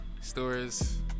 stories